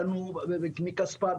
קנו מכספם,